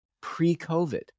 pre-COVID